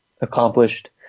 accomplished